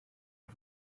auf